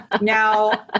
Now